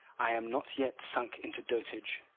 i am not yet sunk into dotage.